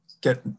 get